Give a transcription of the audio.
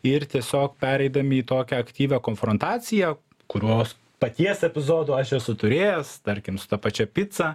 ir tiesiog pereidami į tokią aktyvią konfrontaciją kurios paties epizodo aš esu turėjęs tarkim su ta pačia pica